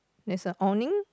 there's a awning